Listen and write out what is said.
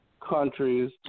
countries